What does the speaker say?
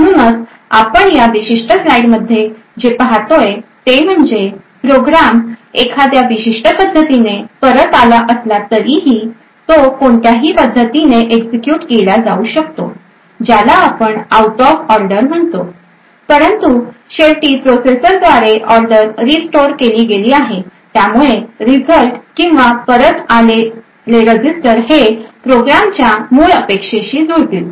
म्हणूनच आपण या विशिष्ट स्लाइडमध्ये जे पाहतो ते म्हणजे प्रोग्राम एखाद्या विशिष्ट पद्धतीने परत आला असला तरी तो कोणत्याही पद्धतीने एक्झिक्युट केला जाऊ शकतो ज्याला आपण आऊट ऑफ ऑर्डर म्हणतोपरंतु शेवटी प्रोसेसरद्वारे ऑर्डर रीस्टोअर केली गेली आहे त्यामुळे रिझल्ट किंवा परत आले रजिस्टर हे प्रोग्रामच्या मूळ अपेक्षेशी जुळतील